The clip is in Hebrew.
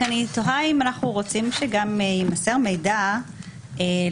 אני תוהה אם אנחנו רוצים שגם יימסר מידע לגבי